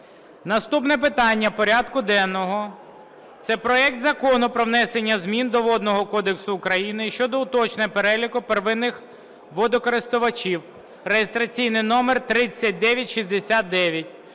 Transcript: Наступне питання порядку денного – це проект Закону про внесення змін до Водного кодексу України щодо уточнення переліку первинних водокористувачів (реєстраційний номер 3969).